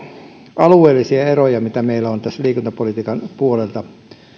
alueellisia eroja mitä meillä on tässä liikuntapolitiikan